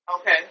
Okay